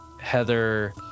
heather